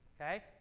okay